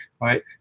right